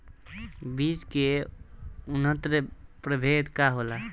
बीज के उन्नत प्रभेद का होला?